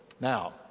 Now